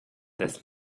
this